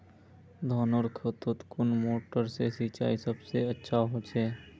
धानेर खेतोत कुन मोटर से सिंचाई सबसे अच्छा होचए?